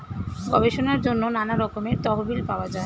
গবেষণার জন্য নানা রকমের তহবিল পাওয়া যায়